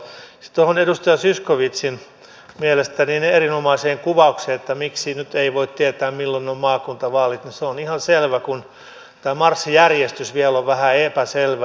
sitten tuohon edustaja zyskowiczin mielestäni erinomaiseen kuvaukseen että miksi nyt ei voi tietää milloin on maakuntavaalit niin se on ihan selvä kun tämä marssijärjestys vielä on vähän epäselvä